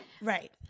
Right